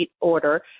order